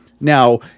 now